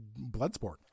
Bloodsport